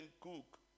cook